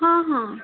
ହଁ ହଁ